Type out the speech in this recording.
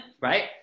Right